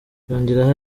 yongeraho